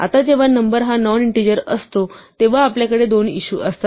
आता जेव्हा नंबर हा नॉन इंटीजर असतो तेव्हा आपल्याकडे दोन इशू असतात